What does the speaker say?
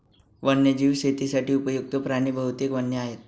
वन्यजीव शेतीसाठी उपयुक्त्त प्राणी बहुतेक वन्य आहेत